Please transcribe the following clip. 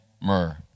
myrrh